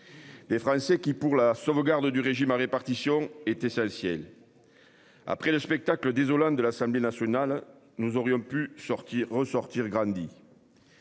Les Français qui, pour la sauvegarde du régime à répartition est essentielle. Après le spectacle désolant de l'Assemblée nationale. Nous aurions pu sortir ressortir grandit.